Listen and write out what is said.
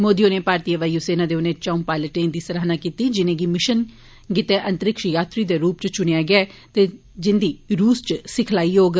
मोदी होरें भारीतय वायूसेना दे उनें चंऊ पायलटें दी सराहना कीती जिनेंगी मिशन गित्तै अंतरिक्ष यात्री दे रूपै इच च्नेया गेआ ऐ ते जिन्दी रूस इच सिखलाई होग